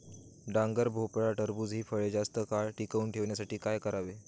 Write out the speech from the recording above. डांगर, भोपळा, टरबूज हि फळे जास्त काळ टिकवून ठेवण्यासाठी काय करावे?